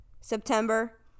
September